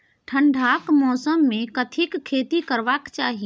ठंडाक मौसम मे कथिक खेती करबाक चाही?